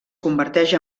converteix